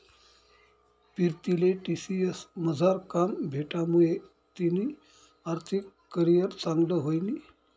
पीरतीले टी.सी.एस मझार काम भेटामुये तिनी आर्थिक करीयर चांगली व्हयनी